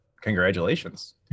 congratulations